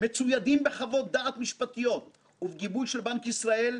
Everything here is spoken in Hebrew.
מצוידים בחוות דעת משפטיות ובגיבוי של בנק ישראל,